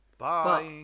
Bye